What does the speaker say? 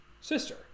sister